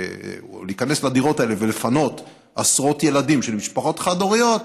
להיכנס לדירות האלה ולפנות עשרות ילדים של משפחות חד-הוריות,